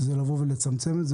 הוא לבוא ולצמצם את זה.